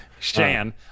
Shan